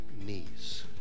knees